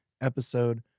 episode